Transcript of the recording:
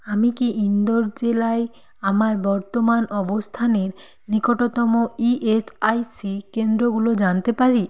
আমি কি ইন্দোর জেলায় আমার বর্তমান অবস্থানের নিকটতম ই এস আই সি কেন্দ্রগুলো জানতে পারি